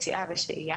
יציאה ושהייה,